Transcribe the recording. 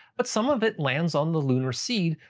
but some of it lands on the lunar seed,